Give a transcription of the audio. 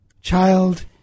child